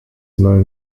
known